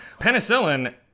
penicillin